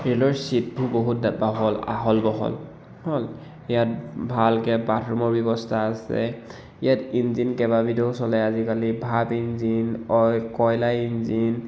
ৰে'লৰ চীটবোৰ বহুত আহল বহল হ'ল ইয়াত ভালকে বাথৰূমৰ ব্যৱস্থা আছে ইয়াত ইঞ্জিন কেইবাবিধো চলে আজিকালি ভাপ ইঞ্জিন অইল কয়লা ইঞ্জিন